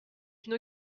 une